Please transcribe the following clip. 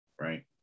right